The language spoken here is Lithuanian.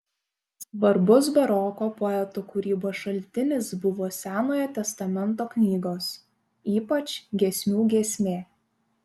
svarbus baroko poetų kūrybos šaltinis buvo senojo testamento knygos ypač giesmių giesmė